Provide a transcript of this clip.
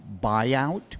buyout